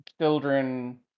children